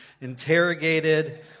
interrogated